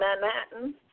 Manhattan